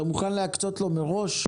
אתה מוכן להקצות לו מראש?